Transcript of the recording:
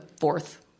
fourth